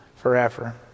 forever